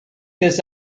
this